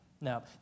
no